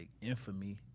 infamy